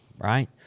right